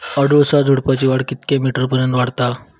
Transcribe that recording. अडुळसा झुडूपाची वाढ कितक्या मीटर पर्यंत वाढता?